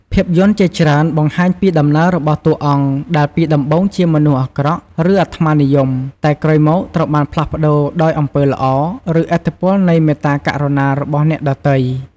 ភាពយន្តជាច្រើនបង្ហាញពីដំណើររបស់តួអង្គដែលពីដំបូងជាមនុស្សអាក្រក់ ឬអាត្មានិយម តែក្រោយមកត្រូវបានផ្លាស់ប្ដូរដោយអំពើល្អ ឬឥទ្ធិពលនៃមេត្តាករុណារបស់អ្នកដទៃ។